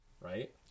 right